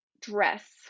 dress